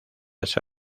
ese